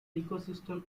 ecosystem